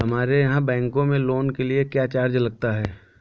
हमारे यहाँ बैंकों में लोन के लिए क्या चार्ज लगता है?